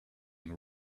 and